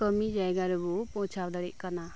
ᱠᱟᱹᱢᱤ ᱡᱟᱭᱜᱟ ᱨᱮᱵᱚ ᱯᱳᱪᱪᱷᱟᱣ ᱫᱟᱲᱮᱭᱟᱜ ᱠᱟᱱᱟ